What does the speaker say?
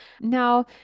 Now